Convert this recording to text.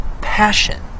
passion